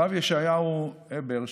הרב ישעיהו הבר,